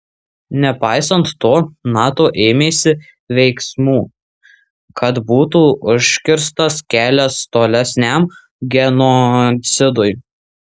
nepaisant to nato ėmėsi veiksmų kad būtų užkirstas kelias tolesniam genocidui